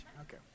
Okay